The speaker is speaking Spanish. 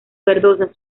verdosas